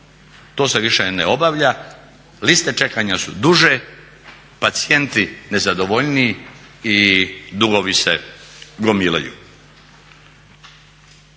to se više ne obavlja, liste čekanja su duže, pacijenti nezadovoljniji i dugovi se gomilaju.